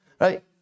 Right